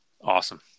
Awesome